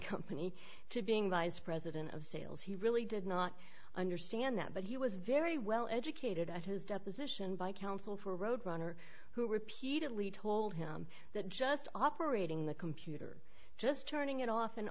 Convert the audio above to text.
company to being vice president of sales he really did not understand that but he was very well educated at his deposition by counsel for road runner who repeatedly told him that just operating the computer just turning it off and